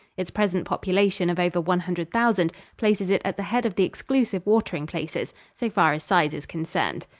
its present population of over one hundred thousand places it at the head of the exclusive watering places, so far as size is concerned.